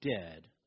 dead